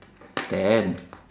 ten